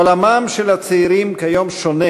עולמם של הצעירים כיום שונה,